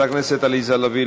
חברת הכנסת עליזה לביא,